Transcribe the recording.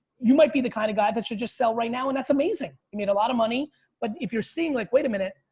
you might be the kinda guy that should just sell right now and that's amazing. you made a lot of money but if you're seeing like, wait a minute,